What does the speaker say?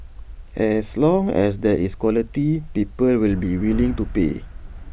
as long as there is quality people will be willing to pay